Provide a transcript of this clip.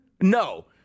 No